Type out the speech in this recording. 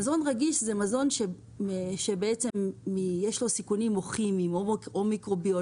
מזון רגיש זה מזון שיש לו סיכונים כימיים או מיקרו-ביולוגיים